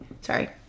sorry